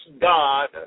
God